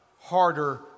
harder